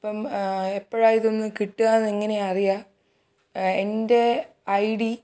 അപ്പം എപ്പഴാ ഇതൊന്ന് കിട്ടുക എന്ന് എങ്ങനെയാ അറിയുക എൻ്റെ ഐ ഡി